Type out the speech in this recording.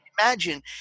Imagine